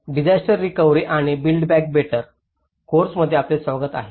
disaster recovery आणि build back better course मध्ये आपले स्वागत आहे